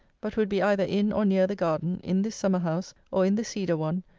but would be either in or near the garden, in this summer-house, or in the cedar one,